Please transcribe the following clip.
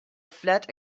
flat